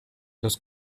los